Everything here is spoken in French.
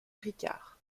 ricard